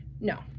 no